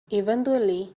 eventually